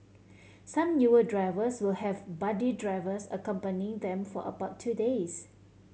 some newer drivers will have buddy drivers accompanying them for about two days